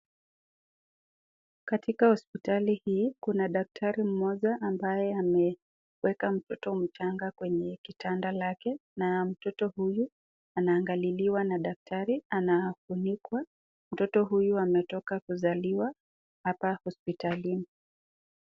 Katika hospitali hii kuna daktari mmoja ambaye ameweka mtoto mchanga kwenye kitanda lake na mtoto huyu anaangaliliwa na daktari, anafunikwa. Mtoto huyu ametoka kuzaliwa hapa hospitalini.